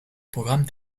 programmes